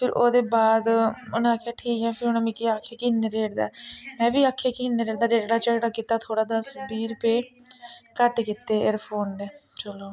फेर ओह्दे बाद उ'नें आखेआ ठीक ऐ फेर उ'नें मिकी आखेआ कि इ'न्ने रेट दा ऐ में बी आखेआ कि इ'न्ना रेट झगड़ा झुगड़ा कीता थोह्ड़ा दस बीह रपेऽ घट्ट कीते एयरफोन दे चलो